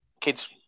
kids